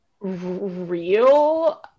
real